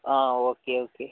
ആ okay okay